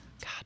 God